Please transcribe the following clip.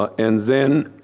ah and then,